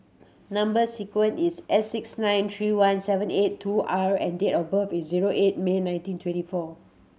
number sequence is S six nine three one seven eight two R and date of birth is zero eight May nineteen twenty four